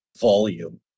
volume